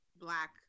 black